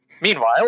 Meanwhile